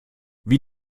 wie